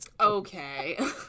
Okay